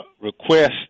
request